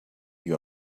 you